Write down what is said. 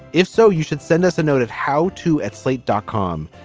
if so, you should send us a note of how to at slate dot com.